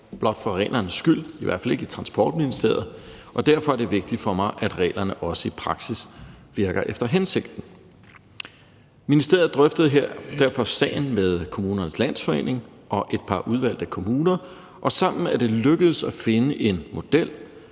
blot for reglernes skyld – i hvert fald ikke i Transportministeriet – og derfor er det vigtigt for mig, at reglerne også i praksis virker efter hensigten. Ministeriet drøftede derfor sagen med Kommunernes Landsforening og et par udvalgte kommuner, og sammen er det lykkedes at finde en model,